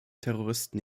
terroristen